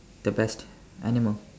the best animal